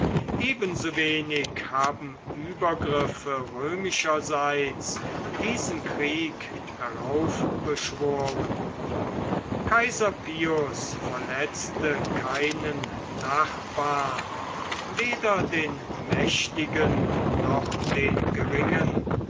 ebensowenig haben übergriffe römischerseits diesen krieg heraufbeschworen kaiser pius verletzte keinen nachbarn weder den mächtigen noch den geringen